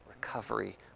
recovery